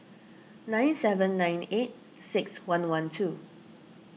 nine seven nine eight six one one two